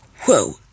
whoa